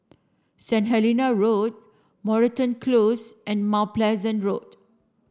St Helena Road Moreton Close and Mount Pleasant Road